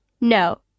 No